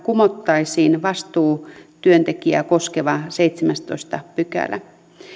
kumottaisiin vastuutyöntekijää koskeva seitsemästoista pykälä